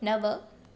नव